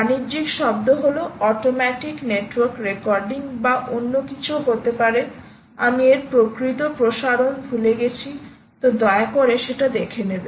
বাণিজ্যিক শব্দ হল অটোমেটিক নেটওয়ার্ক রেকর্ডিং বা অন্য কিছু হতে পারে আমি এই প্রকৃত প্রসারণ ভুলে গেছি তো দয়া করে সেটা দেখে নেব